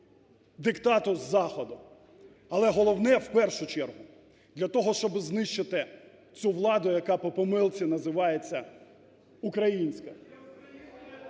диктату з заходу, але головне, в першу чергу, для того, щоби знищити цю владу, яка по помилці називається "українська".